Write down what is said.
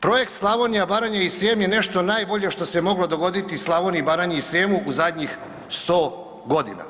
Projekt Slavonija, Baranja i Srijem je nešto najbolje što se moglo dogoditi Slavoniji, Baranji i Srijemu u zadnjih 100 godina.